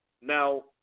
Now –